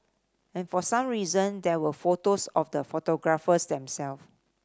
and for some reason there were photos of the photographers them self